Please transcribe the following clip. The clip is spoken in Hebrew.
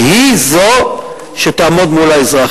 והיא זו שתעמוד מול האזרח,